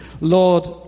Lord